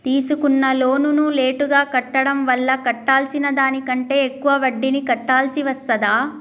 తీసుకున్న లోనును లేటుగా కట్టడం వల్ల కట్టాల్సిన దానికంటే ఎక్కువ వడ్డీని కట్టాల్సి వస్తదా?